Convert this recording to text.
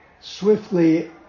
swiftly